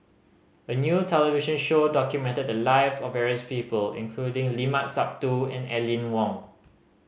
a new television show documented the lives of various people including Limat Sabtu and Aline Wong